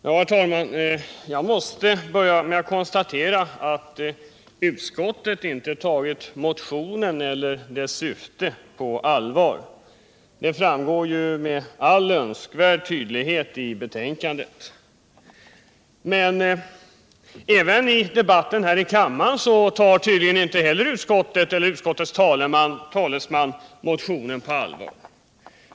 Herr talman! Jag måste börja med att konstatera att utskottet inte tagit motionen 797 och dess syfte på allvar. Det framgår med all önskvärd tydlighet av betänkandet. Inte ens i debatten här i kammaren tar tydligen utskottets talesman motionen på allvar.